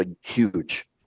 huge